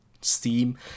steam